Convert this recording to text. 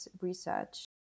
research